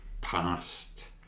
past